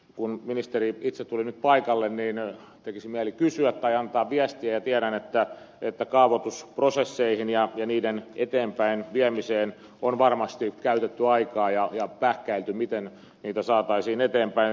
kun ministeri itse tuli nyt paikalle niin tekisi mieli kysyä tai ja kun tiedän että kaavoitusprosesseihin ja niiden eteenpäinviemiseen on varmasti käytetty aikaa ja niitä pähkäilty niin tekisi mieli kysyä tai antaa viestiä siitä miten niitä saataisiin eteenpäin